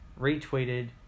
retweeted